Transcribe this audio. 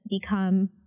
become